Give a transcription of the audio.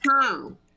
Tom